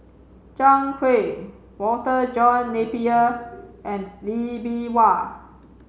zhang Hui Walter John Napier and Lee Bee Wah